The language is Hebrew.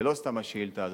ולא סתם השאילתא הזאת,